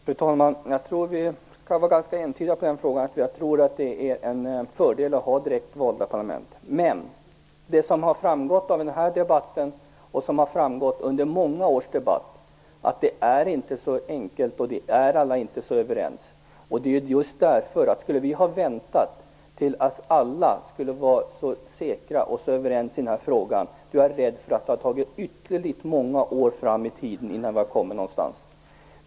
Fru talman! Vi kan vara ganska entydiga på en punkt: Jag tror att det är en fördel att ha direkt valda parlament. Men det som har framgått av den här debatten, och av många års debatt innan den, är att det inte är så enkelt och att alla inte är så överens. Skulle vi ha väntat tills alla var så säkra och så överens i den här frågan är jag rädd för att det hade tagit ytterligare många år fram i tiden innan vi hade kommit någonstans.